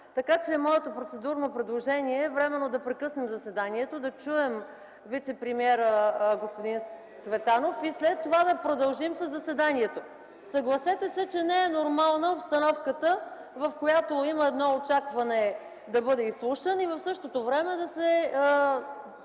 момента. Моето процедурно предложение е временно да прекъснем заседанието, да чуем вицепремиера господин Цветанов и след това да продължим със заседанието. Съгласете се, че не е нормална обстановката, в която има едно очакване той да бъде изслушан, а в същото време да се